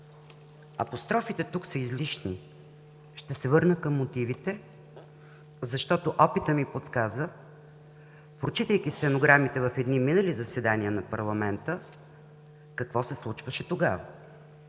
Апострофите тук са излишни. Ще се върна към мотивите, защото опитът ми подсказа, прочитайки стенограмите в минали заседания на парламента, какво се случваше тогава.